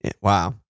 wow